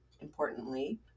importantly